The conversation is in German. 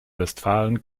westfalen